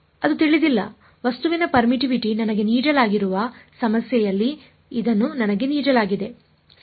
ಅದು ತಿಳಿದಿಲ್ಲ ವಸ್ತುವಿನ ಪರ್ಮಿಟಿವಿಟಿ ನನಗೆ ನೀಡಲಾಗಿರುವ ಸಮಸ್ಯೆಯಲ್ಲಿ ಇದನ್ನು ನನಗೆ ನೀಡಲಾಗಿದೆ ಸರಿ